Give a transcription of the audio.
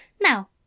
Now